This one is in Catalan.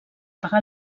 pagar